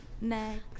Next